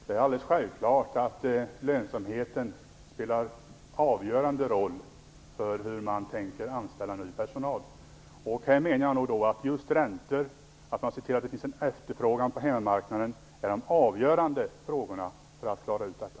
Fru talman! Det är alldeles självklart att lönsamheten spelar en avgörande roll för hur man tänker anställa ny personal. Här menar jag att räntorna och att man ser till att det finns en efterfrågan på hemmamarknaden är avgörande för att klara ut detta.